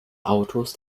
autos